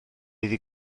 iddi